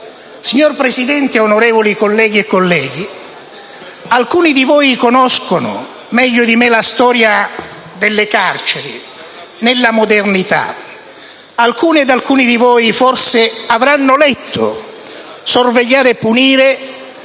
Signor Presidente e onorevoli colleghe e colleghi, alcuni di voi conoscono meglio di me la storia delle carceri nella modernità. Alcune ed alcuni di voi forse avranno letto «Sorvegliare e punire»